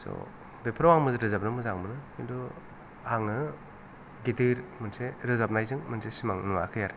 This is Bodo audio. स' बेफोराव आंबो रोजाबनो मोजां मोनो खिन्थु आङो गेदेर मोनसे रोजाबनायजों मोनसे सिमां नुवाखै आरो